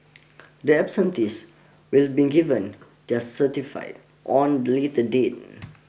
the absentees will been given their certify on be later the date